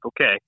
okay